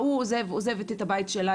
ההוא עוזב או עוזבת את הבית שלה,